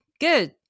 good